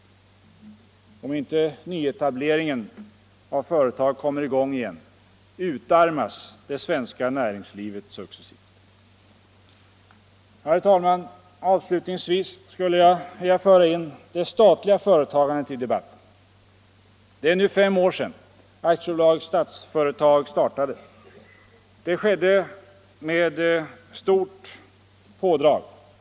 Om inte nyetableringen av företag kommer i gång igen utarmas det svenska näringslivet successivt. Herr talman! Avslutningsvis skulle jag vilja föra in det statliga företagandet i debatten. Det är nu fem år sedan AB Statsföretag startade. Det skedde med stort PR-pådrag.